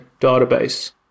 database